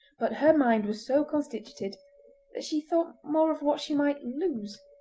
but her mind was so constituted that she thought more of what she might lose,